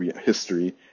history